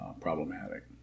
problematic